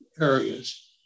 areas